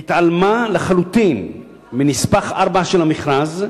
למשל התעלמה לחלוטין מנספח 4 של המכרז,